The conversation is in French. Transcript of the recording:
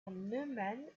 neumann